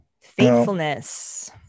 Faithfulness